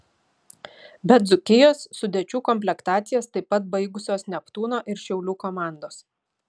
be dzūkijos sudėčių komplektacijas taip pat baigusios neptūno ir šiaulių komandos